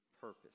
purpose